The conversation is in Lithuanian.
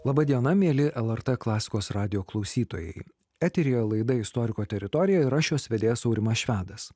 laba diena mieli lrt klasikos radijo klausytojai eteryje laida istoriko teritorija ir aš jos vedėjas aurimas švedas